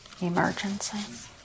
emergencies